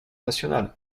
nationale